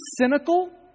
cynical